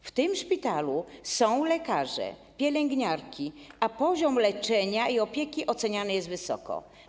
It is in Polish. W tym szpitalu są lekarze, pielęgniarki, a poziom leczenia i opieki oceniany jest wysoko.